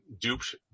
duped